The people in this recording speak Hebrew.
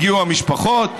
והגיעו המשפחות,